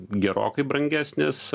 gerokai brangesnis